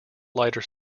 lighter